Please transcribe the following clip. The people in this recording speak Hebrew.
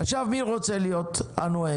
עכשיו מי רוצה להיות הנואם?